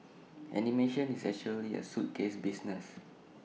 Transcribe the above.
animation is actually A suitcase business